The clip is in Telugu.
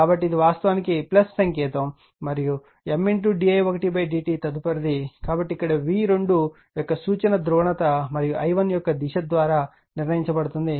కాబట్టి ఇది వాస్తవానికి సంకేతంM di1dt తదుపరిది కాబట్టి ఇక్కడ v2 యొక్క సూచన ధ్రువణత మరియు i1 యొక్క దిశ ద్వారా నిర్ణయించబడుతుంది